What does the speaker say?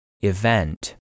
Event